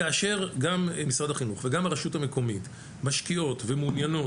כאשר גם משרד החינוך וגם הרשות המקומית משקיעות ומעוניינות